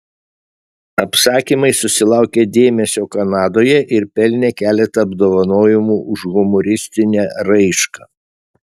apsakymai susilaukė dėmesio kanadoje ir pelnė keletą apdovanojimų už humoristinę raišką